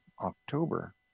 October